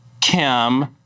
Kim